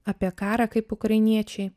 apie karą kaip ukrainiečiai